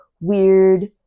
weird